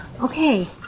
Okay